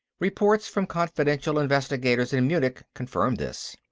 reports from confidential investigators in munich confirmed this.